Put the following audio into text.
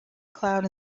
cloud